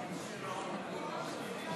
פתח פיך ויאירו דבריך.